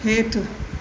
हेठि